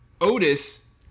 Otis